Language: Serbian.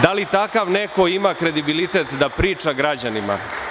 Da li takav neko ima kredibilitet da priča građanima?